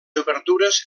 obertures